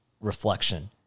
reflection